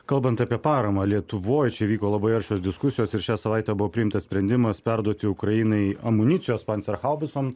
kalbant apie paramą lietuvoje čia vyko labai aršios diskusijos ir šią savaitę buvo priimtas sprendimas perduoti ukrainai amunicijos pancerhaubicom